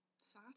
sad